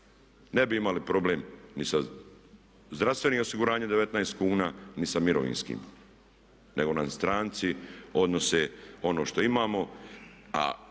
Ne bi imali problem ni sa zdravstvenim osiguranjem 19 kuna, ni sa mirovinskim nego nam stranci odnose ono što imamo.